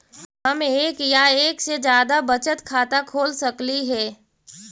हम एक या एक से जादा बचत खाता खोल सकली हे?